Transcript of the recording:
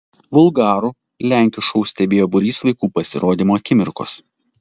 vulgarų lenkių šou stebėjo būrys vaikų pasirodymo akimirkos